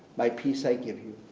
my peace i give you.